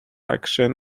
action